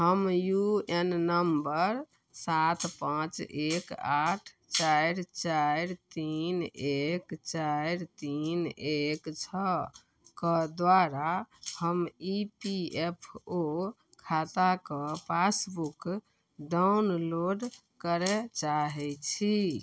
हम U N number सात पाँच एक आठ चारि चारि तीन एक चारि तीन एक छओ के द्वारा हम ई पी एफ ओ खाता के पासबुक डाउनलोड करए चाहै छी